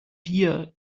wir